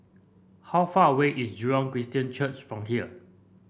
how far away is Jurong Christian Church from here